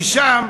כי שם,